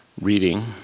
reading